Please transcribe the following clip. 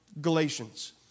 Galatians